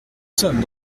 sommes